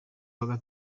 yuhi